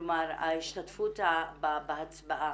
כלומר, ההשתתפות בהצבעה.